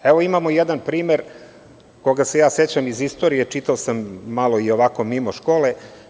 Imamo jedan primer koga se ja sećam iz istorije, čitao sam malo i ovako mimo škole.